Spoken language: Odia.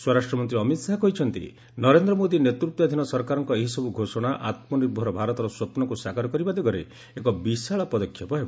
ସ୍ୱରାଷ୍ଟ୍ର ମନ୍ତ୍ରୀ ଅମିତ୍ ଶାହା କହିଛନ୍ତି ନରେନ୍ଦ୍ର ମୋଦିଙ୍କ ନେତୃତ୍ୱାଧୀନ ସରକାରଙ୍କ ଏହିସବୁ ଘୋଷଣା 'ଆତ୍କନିର୍ଭର ଭାରତ'ର ସ୍ୱପ୍ନକୁ ସାକାର କରିବା ଦିଗରେ ଏକ ବିଶାଳ ପଦକ୍ଷେପ ହେବ